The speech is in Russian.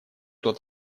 тот